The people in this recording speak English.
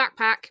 backpack